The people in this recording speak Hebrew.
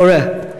זה קורה.